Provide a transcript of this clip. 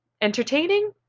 entertaining